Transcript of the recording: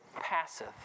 passeth